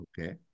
Okay